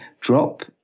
drop